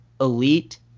elite